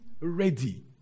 ready